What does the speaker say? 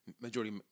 Majority